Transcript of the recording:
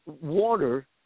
water